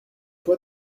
fois